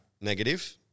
negative